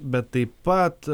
bet taip pat